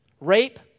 rape